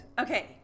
Okay